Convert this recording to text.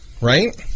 Right